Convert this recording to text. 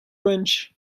ranch